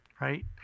right